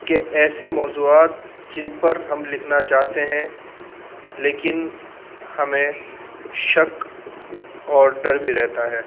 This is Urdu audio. کہ ایسے موضوعات جن پر ہم لکھنا چاہتے ہیں لیکن ہمیں شک اور ڈر بھی رہتا ہے